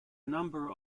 number